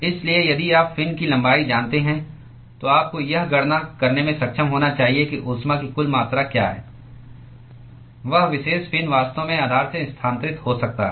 इसलिए यदि आप फिन की लंबाई जानते हैं तो आपको यह गणना करने में सक्षम होना चाहिए कि ऊष्मा की कुल मात्रा क्या है वह विशेष फिन वास्तव में आधार से स्थानांतरित हो सकता है